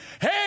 hey